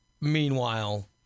meanwhile